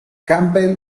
campbell